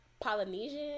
Polynesian